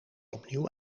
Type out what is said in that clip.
opnieuw